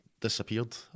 disappeared